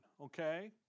Okay